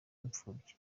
impfubyi